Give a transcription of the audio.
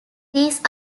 these